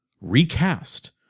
recast